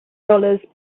dollars